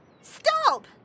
Stop